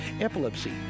epilepsy